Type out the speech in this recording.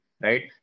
right